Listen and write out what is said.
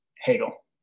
Hegel